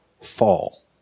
fall